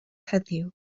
heddiw